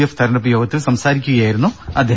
F തെരഞ്ഞെടുപ്പ് യോഗത്തിൽ സംസാരിക്കുകയായിരുന്നു ഉമ്മൻചാണ്ടി